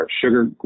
sugar